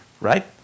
right